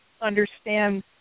understand